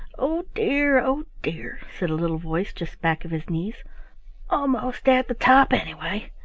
oh dear, oh dear! said a little voice just back of his knees almost at the top, anyway.